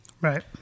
Right